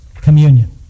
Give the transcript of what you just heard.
Communion